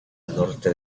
norte